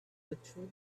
withdrew